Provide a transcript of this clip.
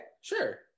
Sure